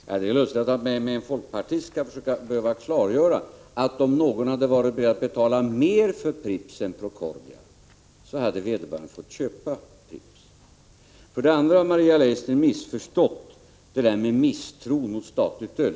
Herr talman! Det är lustigt att jag för en folkpartist skall behöva klargöra att om någon hade varit beredd att betala mer för Pripps än Procordia var hade vederbörande fått köpa Pripps. Vidare har Maria Leissner missförstått talet om misstro mot statligt öl.